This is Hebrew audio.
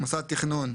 "מוסד תכנון"